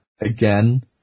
Again